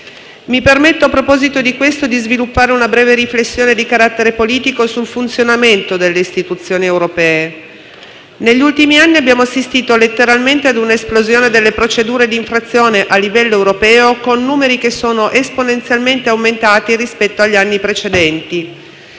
Mi permetto in proposito di sviluppare una breve riflessione di carattere politico sul funzionamento delle istituzioni europee. Negli ultimi anni abbiamo assistito letteralmente ad una esplosione delle procedure di infrazione a livello europeo, con numeri che sono esponenzialmente aumentati rispetto agli anni precedenti.